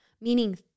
meaning